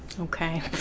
Okay